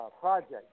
project